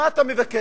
מה אתה מבקש?